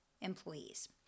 employees